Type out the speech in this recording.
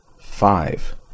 five